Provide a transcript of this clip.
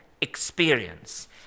experience